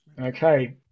okay